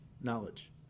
knowledge